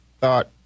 thought